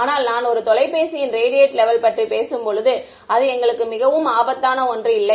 ஆனால் நான் ஒரு தொலைபேசியின் ரேடியேட்ட் லெவல் பற்றி பேசும்போது அது எங்களுக்கு மிகவும் ஆபத்தான ஒன்று இல்லை